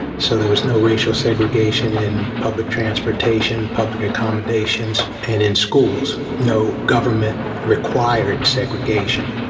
so there was no racial segregation in public transportation, public accommodations and in schools, no government required segregation.